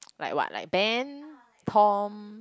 like what like Ben Tom